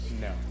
No